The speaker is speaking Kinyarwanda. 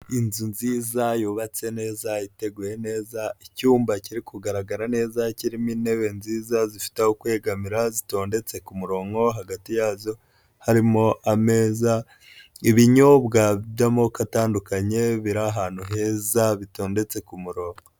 Inzu nziza, yubatse neza, iteguye neza, icyumba kiri kugaragara neza, kirimo intebe nziza, zifite aho kwegamira, zitondetse ku murongo, hagati yazo harimo ameza, ibinyobwa by'amoko atandukanye biri ahantu heza, bitondetse ku murongo.